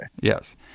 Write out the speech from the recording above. Yes